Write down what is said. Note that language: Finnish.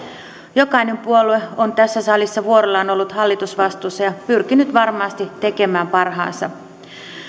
jokainen puolue on tässä salissa vuorollaan ollut hallitusvastuussa ja pyrkinyt varmasti tekemään parhaansa